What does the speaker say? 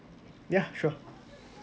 ya sure